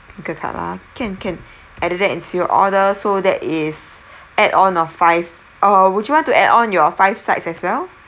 crinkle cut ah can can added that into your order so that is add on of five err would you want to add on your five sides as well